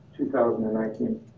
2019